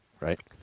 right